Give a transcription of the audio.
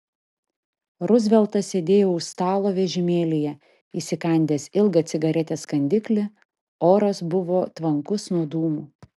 ruzveltas sėdėjo už stalo vežimėlyje įsikandęs ilgą cigaretės kandiklį oras buvo tvankus nuo dūmų